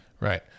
Right